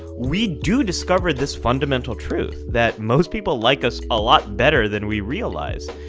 we do discover this fundamental truth that most people like us a lot better than we realise.